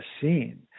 scene